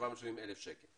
5,770,000 שקל